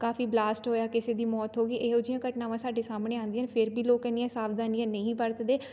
ਕਾਫੀ blast ਹੋਇਆ ਕਿਸੇ ਦੀ ਮੌਤ ਹੋ ਗਈ ਇਹੋ ਜਿਹੀਆਂ ਘਟਨਾਵਾਂ ਸਾਡੇ ਸਾਹਮਣੇ ਆਉਂਦੀਆਂ ਫਿਰ ਵੀ ਲੋਕ ਇਹਦੀਆਂ ਸਾਵਧਾਨੀਆਂ ਨਹੀਂ ਵਰਤਦੇ